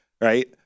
Right